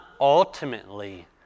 ultimately